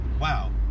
Wow